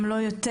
אם לא יותר,